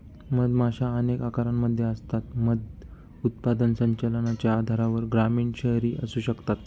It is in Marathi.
मधमाशा अनेक आकारांमध्ये असतात, मध उत्पादन संचलनाच्या आधारावर ग्रामीण, शहरी असू शकतात